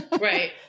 right